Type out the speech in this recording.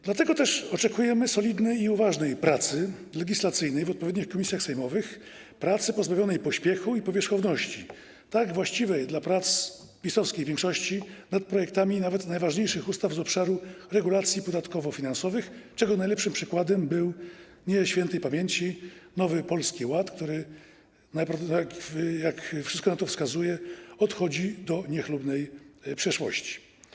Dlatego też oczekujemy solidnej i uważnej pracy legislacyjnej w odpowiednich komisjach sejmowych, pracy pozbawionej pośpiechu i powierzchowności, tak właściwej dla prac PiS-owskiej większości nad projektami nawet najważniejszych ustaw z obszaru regulacji podatkowo-finansowych, czego najlepszym przykładem był nie świętej pamięci Nowy Polski Ład, który najprawdopodobniej, jak wszystko na to wskazuje, odchodzi do niechlubnej przeszłości.